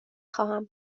خواهم